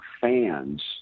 fans